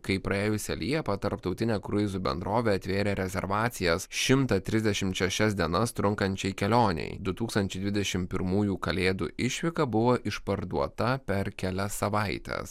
kaip praėjusią liepą tarptautinė kruizų bendrovė atvėrė rezervacijas šimtą trisdešimt šešias dienas trunkančiai kelionei du tūkstančiai dvidešimt pirmųjų kalėdų išvyka buvo išparduota per kelias savaites